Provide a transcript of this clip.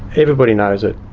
everybody knows it.